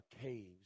caves